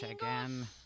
again